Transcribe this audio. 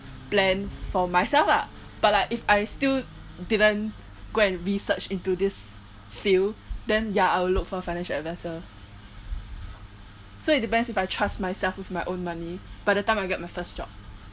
plan for myself lah but I if I still didn't go and research into this field than ya I will look for a financial advisor so it depends if I trust myself with my own money by the time I get my first job